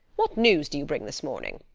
what news do you bring this morning?